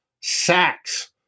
sacks